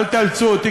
אל תאלצו אותי,